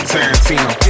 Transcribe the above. Tarantino